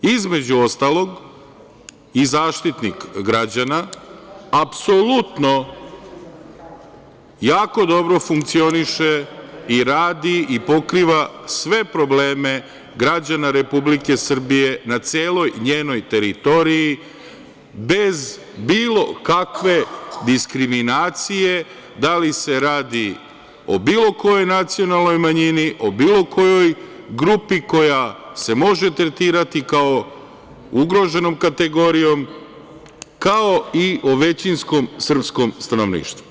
Između ostalog i Zaštitnik građana apsolutno jako dobro funkcioniše, radi i pokriva sve probleme građana Republike Srbije na celoj njenoj teritoriji bez bilo kakve diskriminacije, da li se radi o bilo kojoj nacionalnoj manjini, o bilo kojoj grupi koja se može tretirati kao ugroženom kategorijom, kao i o većinskom srpskom stanovništvu.